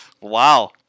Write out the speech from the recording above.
Wow